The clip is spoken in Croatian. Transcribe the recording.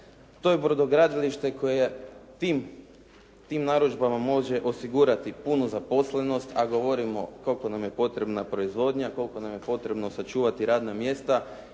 To je brodogradilište koje tim narudžbama može osigurati punu zaposlenost, a govorimo koliko nam je potrebna proizvodnja, koliko nam je potrebno sačuvati radna mjesta